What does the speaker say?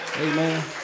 Amen